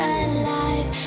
alive